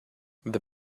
the